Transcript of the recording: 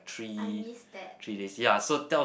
I miss that